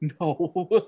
no